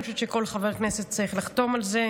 אני חושבת שכל חבר כנסת צריך לחתום על זה.